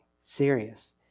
serious